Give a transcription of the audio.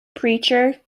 preacher